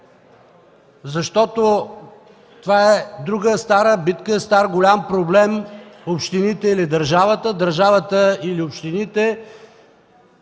защото това е друга стара битка, стар голям проблем – общините или държавата, държавата или общините,